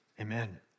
Amen